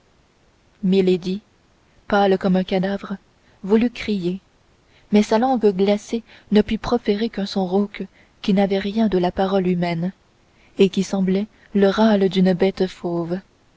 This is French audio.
l'arma milady pâle comme un cadavre voulut crier mais sa langue glacée ne put proférer qu'un son rauque qui n'avait rien de la parole humaine et qui semblait le râle d'une bête fauve